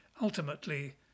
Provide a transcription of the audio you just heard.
Ultimately